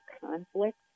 conflict